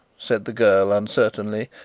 said the girl uncertainly,